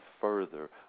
further